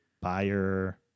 buyer